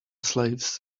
slaves